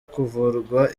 kuvurwa